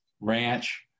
ranch